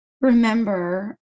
remember